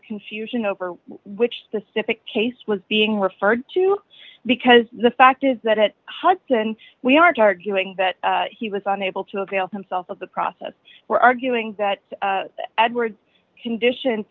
the confusion over which the sipek case was being referred to because the fact is that at hudson we aren't arguing that he was unable to avail himself of the process we're arguing that edwards condition